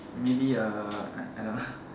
maybe uh I I don't